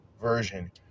version